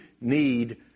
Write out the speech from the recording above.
need